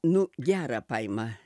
nu gerą paima